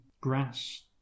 grass